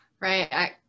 Right